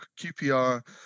QPR